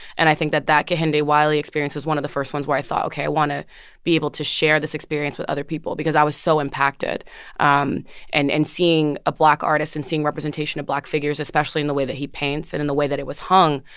and i think that that kehinde wiley experience is one of the first ones where i thought, ok, i want to be able to share this experience with other people because i was so impacted um and and seeing a black artist and seeing representation of black figures, especially in the way that he paints and in the way that it was hung,